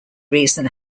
reason